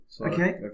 Okay